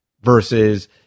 versus